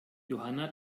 johanna